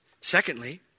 Secondly